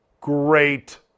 Great